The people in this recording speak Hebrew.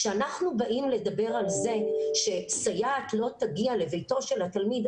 כשאנחנו באים לדבר על זה שסייעת לא תגיע לביתו של התלמיד,